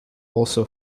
also